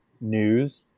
news